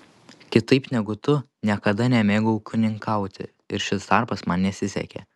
kitaip negu tu niekada nemėgau ūkininkauti ir šis darbas man nesisekė